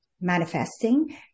manifesting